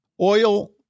Oil